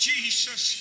Jesus